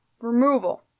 Removal